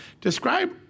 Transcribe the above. Describe